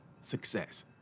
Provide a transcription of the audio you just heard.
success